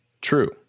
True